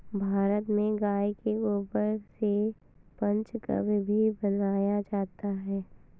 भारत में गाय के गोबर से पंचगव्य भी बनाया जाता है